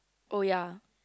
oh ya